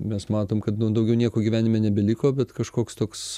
mes matom kad daugiau nieko gyvenime nebeliko bet kažkoks toks